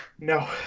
No